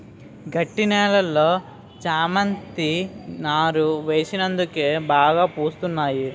గట్టి నేలలో చేమంతి నారు వేసినందుకే బాగా పూస్తున్నాయి